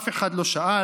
ואף אחד לא שאל,